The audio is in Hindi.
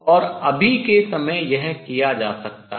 और अभी के समय यह किया जा सकता है